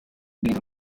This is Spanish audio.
viento